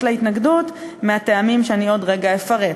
להתנגדות מהטעמים שאני עוד רגע אפרט.